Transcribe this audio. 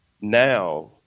now